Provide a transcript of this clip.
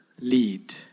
lead